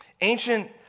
Ancient